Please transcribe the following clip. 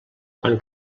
quan